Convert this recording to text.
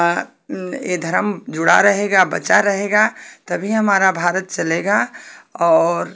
ये धर्म जुड़ा रहेगा बचा रहेगा तभी हमारा भारत चलेगा और